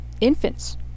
infants